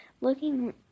looking